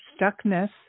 stuckness